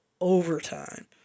Overtime